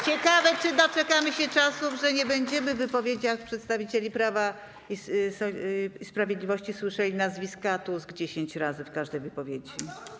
Ciekawe, czy doczekamy się czasów, że nie będziemy w wypowiedziach przedstawicieli Prawa i Sprawiedliwości słyszeli nazwiska Tusk dziesięć razy w każdej wypowiedzi.